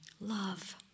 love